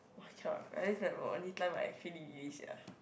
!wah! cannot only time I actually sia